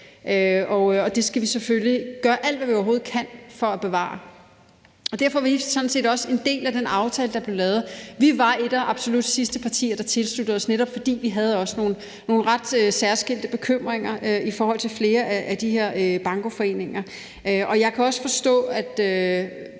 og det skal vi selvfølgelig gøre alt, hvad vi overhovedet kan, for at bevare. Derfor var vi sådan set også en del af den aftale, der blev lavet. Vi var et af de absolut sidste partier, der tilsluttede os, netop fordi vi også havde nogle ret særskilte bekymringer i forhold til flere af de her bankoforeninger, og jeg kan også forstå, at